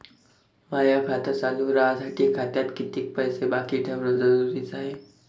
माय खातं चालू राहासाठी खात्यात कितीक पैसे बाकी ठेवणं जरुरीच हाय?